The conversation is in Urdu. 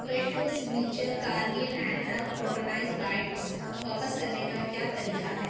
Fresho signature garlic and herb croutons bites واپس کرنے کا کیا طریخہ ہے